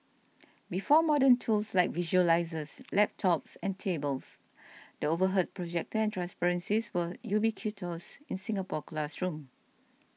before modern tools like visualisers laptops and tablets the overhead projector and transparencies were ubiquitous in Singapore classroom